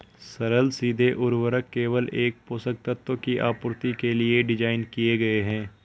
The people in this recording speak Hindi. सरल सीधे उर्वरक केवल एक पोषक तत्व की आपूर्ति के लिए डिज़ाइन किए गए है